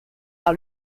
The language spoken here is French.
par